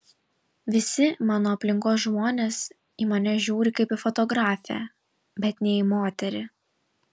visi mano aplinkos žmonės į mane žiūri kaip į fotografę bet ne į moterį